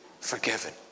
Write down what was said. forgiven